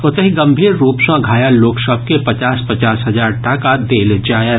ओतहि गंभीर रूप सँ घायल लोक सभ के पचास पचास हजार टाका देल जायत